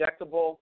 injectable